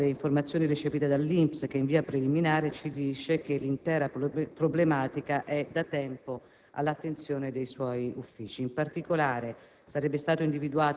rendo note le informazioni ricevute dall'Istituto che, in via preliminare, ci dice che l'intera problematica è da tempo all'attenzione dei suoi uffici.